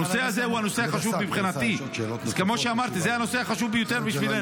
הנושא הזה הוא הנושא החשוב מבחינתי.